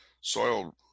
soil